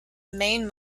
main